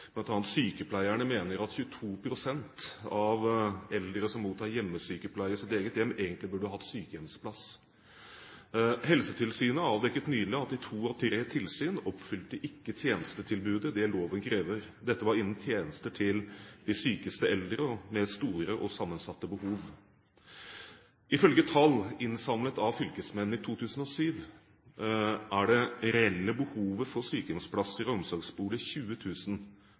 sykepleierne mener at 22 pst. av eldre som mottar hjemmesykepleie, i sitt eget hjem, egentlig burde hatt sykehjemsplass. Helsetilsynet avdekket nylig at i to av tre tilsyn oppfylte ikke tjenestetilbudet det loven krever. Dette var innen tjenester til de sykeste eldre med store og sammensatte behov. Ifølge tall innsamlet av fylkesmennene i 2007 er det reelle behovet for sykehjemsplasser og